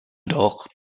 doch